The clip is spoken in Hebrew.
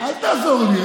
אל תעזור לי,